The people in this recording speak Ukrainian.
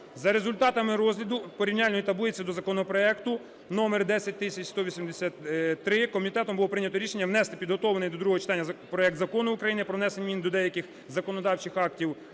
За результатами розгляду порівняльної таблиці до законопроекту номер 10183 комітетом було прийнято рішення внести підготовлений до другого читання проект Закону України про внесення змін до деяких законодавчих актів